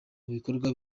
bikorwa